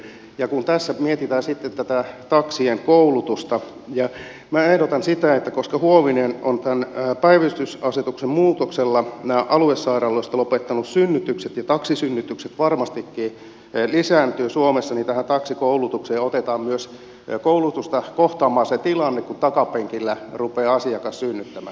kun tässä mietitään sitten tätä taksien koulutusta minä ehdotan sitä että koska huovinen on päivystysasetuksen muutoksella aluesairaaloista lopettanut synnytykset ja taksisynnytykset varmastikin lisääntyvät suomessa niin tähän taksikoulutukseen otetaan myös koulutusta kohtaamaan se tilanne kun takapenkillä rupeaa asiakas synnyttämään